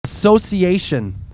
Association